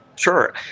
Sure